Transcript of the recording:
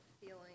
feeling